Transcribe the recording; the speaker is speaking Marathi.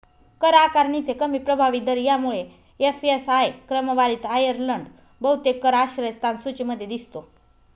कर आकारणीचे कमी प्रभावी दर यामुळे एफ.एस.आय क्रमवारीत आयर्लंड बहुतेक कर आश्रयस्थान सूचीमध्ये दिसतो